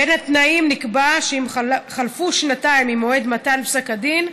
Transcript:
בין התנאים נקבע שאם חלפו שנתיים ממועד מתן פסק הדין,